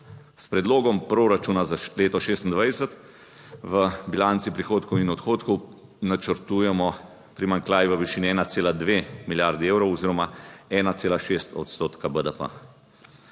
S predlogom proračuna za leto 2026 v bilanci prihodkov in odhodkov načrtujemo primanjkljaj v višini 1,2 milijardi evrov oziroma 1,6 odstotka BDP.